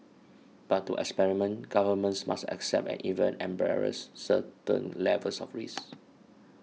but to experiment governments must accept and even embrace certain levels of risk